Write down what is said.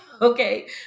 Okay